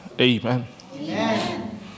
Amen